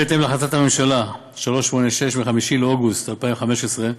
בהתאם להחלטת ממשלה 386 מ-5 באוגוסט 2015,